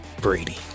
Brady